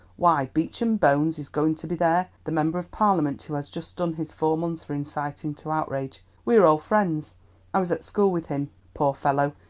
why, beecham bones is going to be there, the member of parliament who has just done his four months for inciting to outrage. we are old friends i was at school with him. poor fellow,